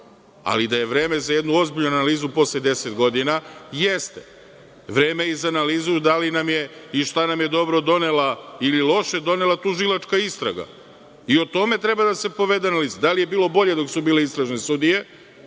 ali da je vreme za jednu ozbiljnu analizu posle 10 godina – jeste. Vreme je i za analizu da li nam je, šta nam je dobro donela ili loše donela tužilačka istraga? I o tome treba da se povede analiza. Da li je bilo bolje dok su bile istražne sudije